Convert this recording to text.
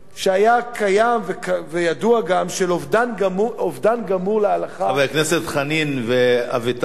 שהיה קיים וידוע גם של אובדן גמור להלכה חברי הכנסת חנין ואביטל,